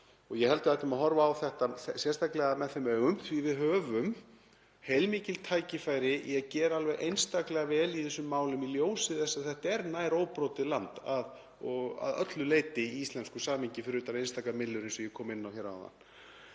og ég held að við ættum að horfa á þetta sérstaklega með þeim augum því við höfum heilmikil tækifæri í að gera alveg einstaklega vel í þessum málum í ljósi þess að þetta er nær óbrotið land að öllu leyti í íslensku samhengi fyrir utan einstaka myllur, eins og ég kom inn á hér áðan.